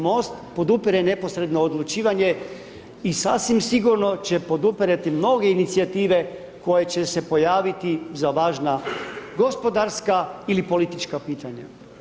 MOST podupire neposredno odlučivanje i sasvim sigurno će podupirati mnoge inicijative koje će se pojaviti za važna gospodarska ili politička pitanja.